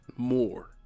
More